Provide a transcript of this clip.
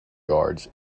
guards